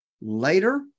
later